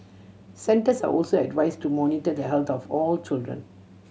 centres are also advised to monitor the health of all children